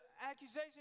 accusation